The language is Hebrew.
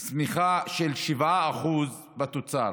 צמיחה של כ-7% בתוצר,